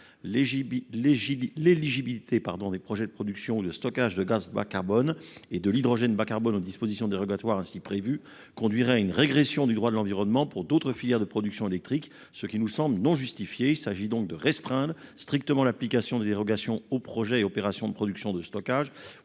L'éligibilité des projets de production ou de stockage de gaz bas-carbone et d'hydrogène bas-carbone aux dispositions dérogatoires ainsi prévues conduirait à une régression du droit de l'environnement pour d'autres filières de production électrique, ce qui ne nous semble pas justifié. Il s'agit donc de restreindre strictement l'application des dérogations aux projets et opérations de production, de stockage